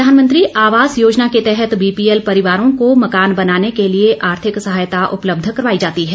ग्राम सभा प्रधानमंत्री आवास योजना के तहत बीपीएल परिवारों को मकान बनाने के लिए आर्थिक सहायता उपलब्ध करवाई जाती है